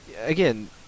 again